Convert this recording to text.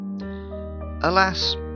Alas